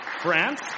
France